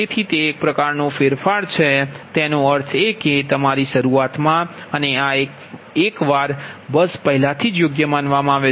તેથી તે એક પ્રકારનો ફેરફાર છે તેનો અર્થ એ કે તમારી શરૂઆત માં અને આ એકવાર 1 બસ પહેલાથી જ યોગ્ય માનવામાં આવે છે